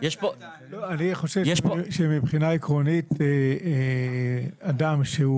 חושב שמבחינה עקרונית, אדם שהוא